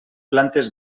plantes